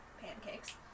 pancakes